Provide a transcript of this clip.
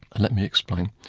let me explain.